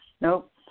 Nope